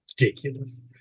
ridiculous